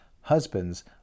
Husbands